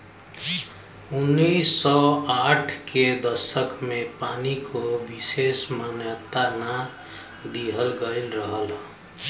उन्नीस सौ साठ के दसक में पानी को विसेस मान्यता ना दिहल गयल रहल